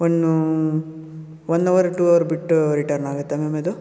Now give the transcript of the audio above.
ವನ್ನೂ one hour two hour ಬಿಟ್ಟು return ಆಗುತ್ತಾ ma'am ಇದು